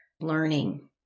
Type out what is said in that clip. learning